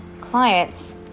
clients